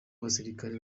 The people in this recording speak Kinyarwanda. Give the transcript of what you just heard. abasirikare